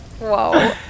Whoa